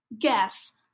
guess